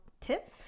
tip